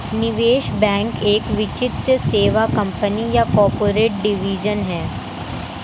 निवेश बैंक एक वित्तीय सेवा कंपनी या कॉर्पोरेट डिवीजन है